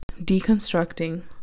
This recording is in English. deconstructing